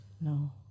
No